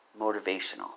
Motivational